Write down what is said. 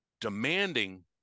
demanding